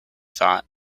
thought